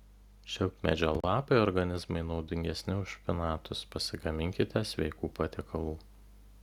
šilkmedžio lapai organizmui naudingesni už špinatus pasigaminkite sveikų patiekalų